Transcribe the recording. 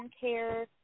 care